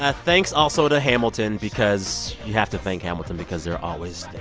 ah thanks also to hamilton because you have to thank hamilton because they're always there.